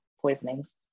poisonings